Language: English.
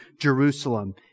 Jerusalem